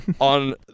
On